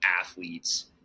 athletes